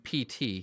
PT